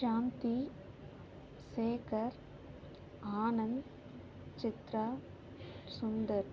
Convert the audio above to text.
Shanti Shekar Anand Chitra Sundar